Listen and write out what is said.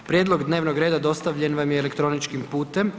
Prijedlog dnevnog reda dostavljen vam je elektroničkim putem.